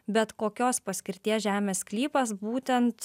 bet kokios paskirties žemės sklypas būtent